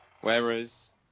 whereas